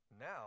Now